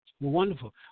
Wonderful